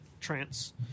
trance